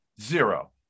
Zero